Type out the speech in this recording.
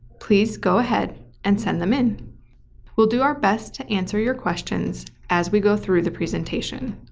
please go ahead and send them in we'll do our best to answer your questions as we go through the presentation.